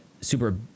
super